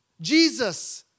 Jesus